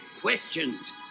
questions